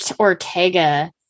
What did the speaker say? Ortega